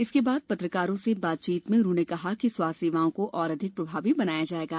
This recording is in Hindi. इसके बाद पत्रकारों से बातचीत में उन्होंने कहा कि स्वास्थ्य सेवाओं को और अधिक प्रभावी बनाया जाएगा